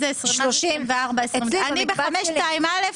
אני בסעיף 5(2)(א),